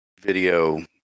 video